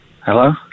Hello